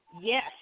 Yes